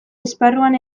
esparruan